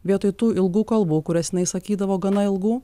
vietoj tų ilgų kalbų kurias jinai sakydavo gana ilgų